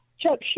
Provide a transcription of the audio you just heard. Chuck